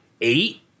eight